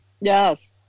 Yes